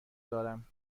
دارم